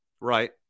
Right